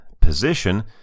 position